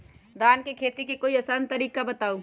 धान के खेती के कोई आसान तरिका बताउ?